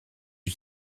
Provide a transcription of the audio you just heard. you